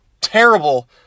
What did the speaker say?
terrible